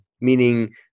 meaning